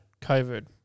COVID